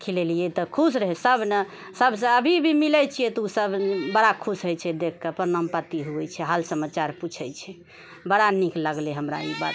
खिलेलियै तऽ खुश रहय सभ नहि सभसँ अभी भी मिलैत छियै तऽ ओसभ बड़ा खुश होइत छै देखिके प्रणाम पाँती होइत छै हाल समाचार पूछैत छै बड़ा निक लगलय हमरा ई बात